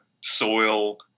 soil